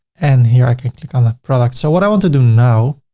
and here i can click on a product. so what i want to do now,